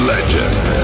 Legend